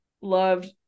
loved